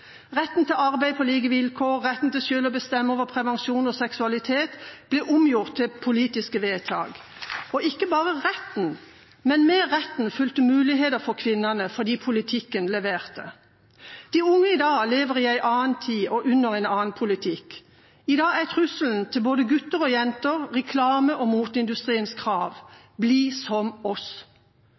Retten til arbeid på like vilkår og retten til selv å bestemme over prevensjon og seksualitet ble omgjort til politiske vedtak – og ikke bare retten; med retten fulgte muligheter for kvinnene fordi politikken leverte. De unge i dag lever i en annen tid og under en annen politikk. I dag er trusselen mot både gutter og jenter reklame og moteindustriens krav: Bli som oss.